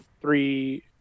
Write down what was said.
three